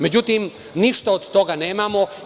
Međutim, ništa od toga nemamo.